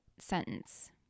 Sentence